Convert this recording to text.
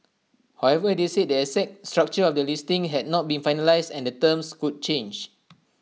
however they said their exact structure of the listing had not been finalised and the terms could change